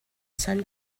son